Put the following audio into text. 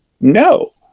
no